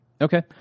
Okay